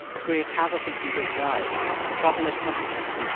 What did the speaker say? create havoc in people's lives, trouble at companies,